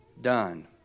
done